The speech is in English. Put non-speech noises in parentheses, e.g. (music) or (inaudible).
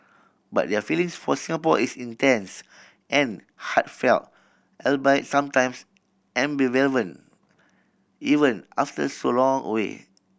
but their feelings for Singapore is intense and heartfelt albeit sometimes (unintelligible) even after so long away